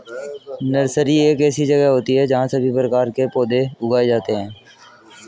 nursery एक ऐसी जगह होती है जहां सभी प्रकार के पौधे उगाए जाते हैं